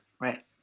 right